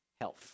health